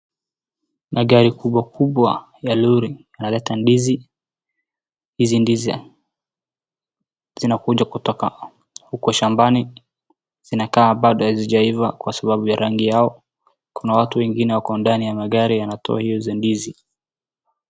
Magari kubwa kubwa ya lori yanaleta ndizi. Hizi ndizi zinakuja kutoka huko shambani. Zinakaa bado hazijaiva kwa sababu ya rangi yao. Kuna watu wengine wako ndani ya magari yanatoa hizi ndizi.